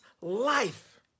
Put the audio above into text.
life